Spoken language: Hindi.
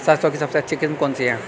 सरसों की सबसे अच्छी किस्म कौन सी है?